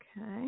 Okay